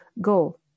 go